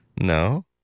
No